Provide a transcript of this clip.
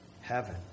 heaven